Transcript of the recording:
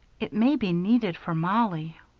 it may be needed for mollie.